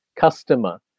customer